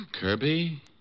Kirby